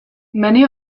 many